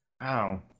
Wow